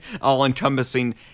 All-encompassing